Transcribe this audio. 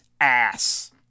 ass